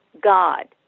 god